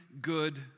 good